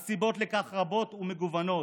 והסיבות לכך רבות ומגוונות.